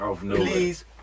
please